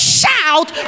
shout